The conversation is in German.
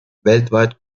weltweit